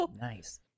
nice